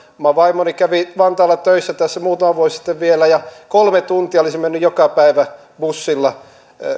oma vaimoni kävi vantaalla töissä tässä muutama vuosi sitten vielä ja kolme tuntia olisi mennyt joka päivä bussilla